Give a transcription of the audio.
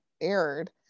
aired